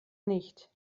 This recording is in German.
nicht